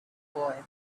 boy